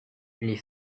les